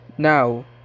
Now